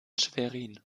schwerin